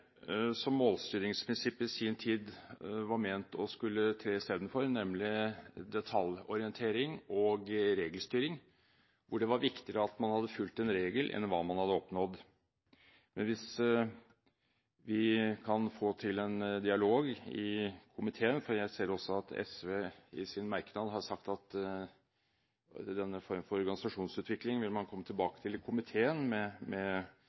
som målstyringsprinsippet i sin tid var ment å tre istedenfor, nemlig detaljorientering og regelstyring, hvor det var viktigere at man hadde fulgt en regel, enn hva man hadde oppnådd. Jeg ser også at SV i sin merknad har sagt at man vil komme tilbake til denne form for organisasjonsutvikling